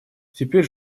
теперь